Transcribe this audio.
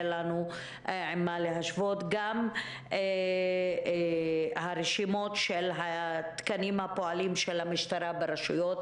לנו עם מה להשוות; גם הרשימות של התקנים הפועלים של המשטרה ברשויות,